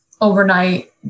overnight